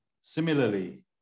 Similarly